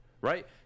right